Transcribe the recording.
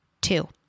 Two